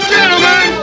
Gentlemen